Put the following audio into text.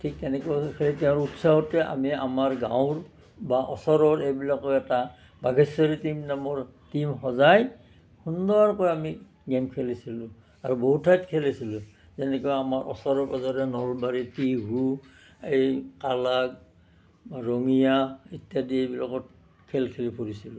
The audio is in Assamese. ঠিক তেনেকৈ তেওঁৰ উৎসাহতে আমি আমাৰ গাঁৱৰ বা ওচৰৰ এইবিলাকো এটা বাঘেশ্বৰী টীম নামৰ টীম সজাই সুন্দৰকৈ আমি গেম খেলিছিলো আৰু বহু ঠাইত খেলিছিলো যেনেকুৱা আমাৰ ওচৰে পাঁজৰে নলবাৰী টিহু এই কালাগ ৰঙিয়া ইত্যাদি এইবিলাকত খেল খেলি ফুৰিছিলো